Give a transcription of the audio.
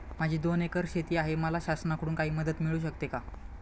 माझी दोन एकर शेती आहे, मला शासनाकडून काही मदत मिळू शकते का?